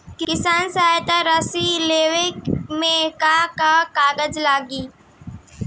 किसान सहायता राशि लेवे में का का कागजात लागी?